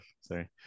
Sorry